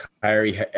Kyrie